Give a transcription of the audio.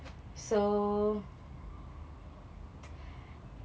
so